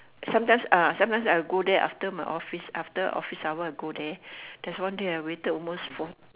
sometimes ah sometimes I'll go there after my office after office hour I go there there's one day I waited almost four